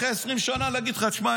אחרי 20 ,שנה להגיד לך: תשמע,